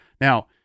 Now